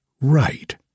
right